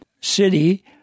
city